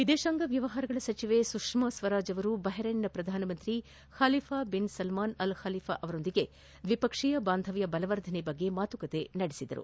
ವಿದೇಶಾಂಗ ವ್ಯವಹಾರಗಳ ಸಚಿವೆ ಸುಷ್ಕಾ ಸ್ವರಾಜ್ ಬಹರೈನ್ನ ಶ್ರಧಾನಮಂತ್ರಿ Khalifa bin Salman Al Khalifa ಅವರೊಂದಿಗೆ ದ್ವಿಪಕ್ಷೀಯ ಬಾಂಧವ್ಯ ಬಲವರ್ಧನೆ ಕುರಿತು ಮಾತುಕತೆ ನಡೆಸಿದರು